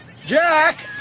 Jack